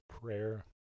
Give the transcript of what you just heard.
prayer